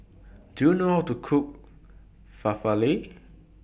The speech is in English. Do YOU know How to Cook